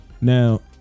Now